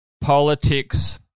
politics